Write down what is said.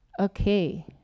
Okay